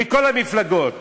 מכל המפלגות